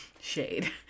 Shade